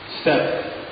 step